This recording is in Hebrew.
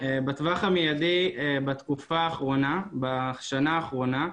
בטווח המידי בתקופה האחרונה, בשנה האחרונה,